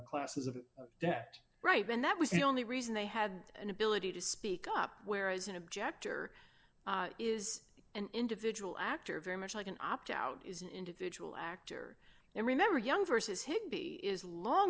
classes of debt right then that was the only reason they had an ability to speak up whereas an object or is an individual actor very much like an opt out is an individual actor and remember young versus higbee is long